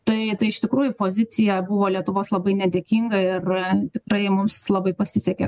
tai tai iš tikrųjų pozicija buvo lietuvos labai nedėkinga ir tikrai mums labai pasisekė